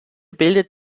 bildet